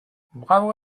bravo